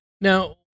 Now